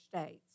states